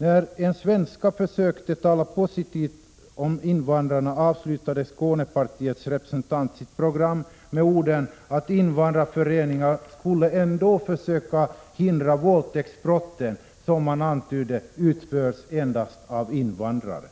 När en svenska försökte tala positivt om invandrarna avslutade Skånepartiets representant sitt program med orden att invandrarföreningar ändå skulle försöka hindra våldtäktsbrott, som man antydde utförs endast av invandrare.